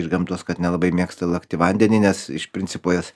iš gamtos kad nelabai mėgsta lakti vandenį nes iš principo jos